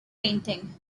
painting